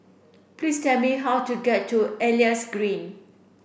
please tell me how to get to Elias Green